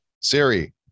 Siri